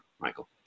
Michael